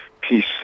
peace